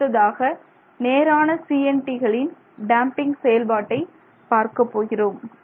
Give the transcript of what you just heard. அடுத்ததாக நேரான CNT களின் டேம்பிங் செயல்பாட்டை பார்க்கப் போகிறோம்